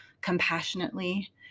compassionately